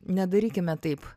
nedarykime taip